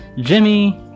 jimmy